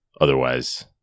otherwise